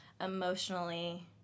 emotionally